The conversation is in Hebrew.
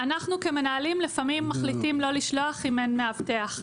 אנחנו כמנהלים לפעמים מחליטים לא לשלוח אם אין מאבטח,